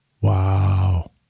Wow